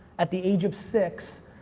at the age of six,